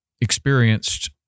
experienced